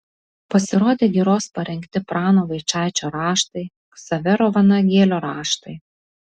pasirodė giros parengti prano vaičaičio raštai ksavero vanagėlio raštai